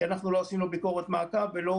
כי אנחנו לא עשינו ביקורת מעקב ולא